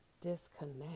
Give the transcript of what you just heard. disconnect